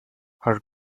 her